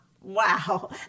Wow